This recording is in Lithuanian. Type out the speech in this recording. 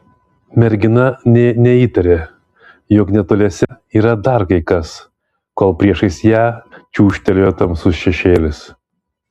mergina nė neįtarė jog netoliese yra dar kai kas kol priešais ją čiūžtelėjo tamsus šešėlis